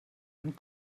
ein